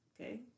Okay